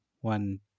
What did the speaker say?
one